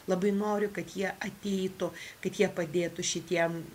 labai noriu kad jie ateitų kad jie padėtų šitiem